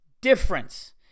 difference